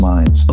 Minds